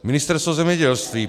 Ministerstvo zemědělství.